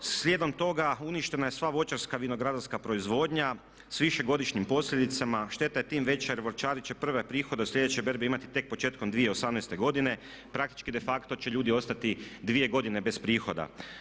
Slijedom toga uništena je sva voćarska, vinogradarska proizvodnja s višegodišnjim posljedicama, šteta je tim veća jer voćari će prve prihode od slijedeće berbe imati tek početkom 2018.godine, praktički de facto će ljudi ostati 2 godine bez prihoda.